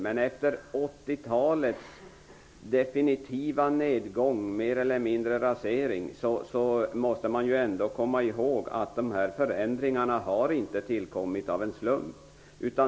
Men efter 80-talets definitiva nedgång och mer eller mindre rasering måste man ändå komma i håg att dessa förändringar inte har tillkommit av en slump.